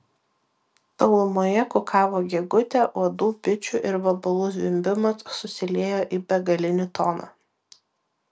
tolumoje kukavo gegutė uodų bičių ir vabalų zvimbimas susiliejo į begalinį toną